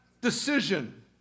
decision